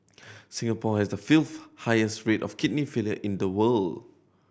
Singapore has the fifth highest rate of kidney failure in the world